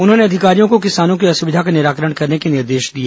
उन्होंने अधिकारियों को किसानों की असुविधा का निराकरण करने के निर्देश दिए